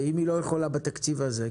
ואם היא לא יכולה בתקציב הזה,